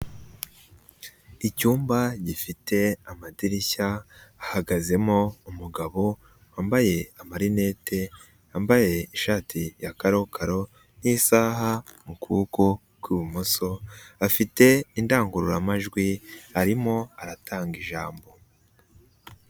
Icyumba gifite amadirishya, hahagazemo umugabo wambaye amarinete, yambaye ishati ya karokaro n'isaha mu kuboko kw'ibumoso, afite indangururamajwi arimo aratanga ijambo.